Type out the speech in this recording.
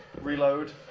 Reload